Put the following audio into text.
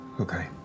Okay